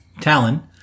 Talon